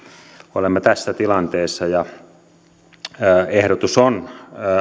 olemme tässä tilanteessa että ehdotus on